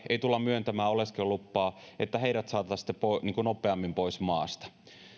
ei tulla myöntämään oleskelulupaa saataisiin sitten nopeammin pois maasta